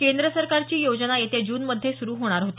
केंद्र सरकारची ही योजना येत्या जूनमध्ये सुरू होणार होती